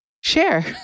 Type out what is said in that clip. Share